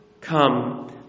Come